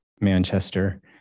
Manchester